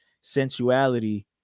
sensuality